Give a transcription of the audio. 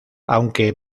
aunque